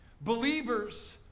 believers